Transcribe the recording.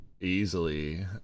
Easily